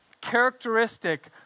characteristic